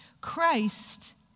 Christ